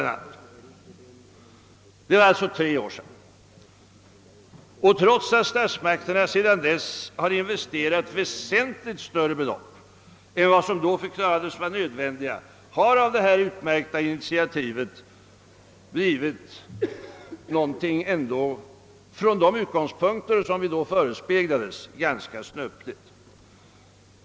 Detta gjorde man alltså för tre år sedan. Trots att statsmakterna sedan dess har investerat väsenligt större belopp än vad som då förklarades vara nödvändiga har av detta »utmärkta initiativ» blivit någonting som från de utgångspunkter vi då förespeglades måste betecknas som ganska snöpligt.